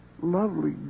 lovely